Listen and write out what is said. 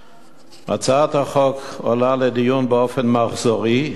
הצעת החוק עולה לדיון באופן מחזורי ונדחית.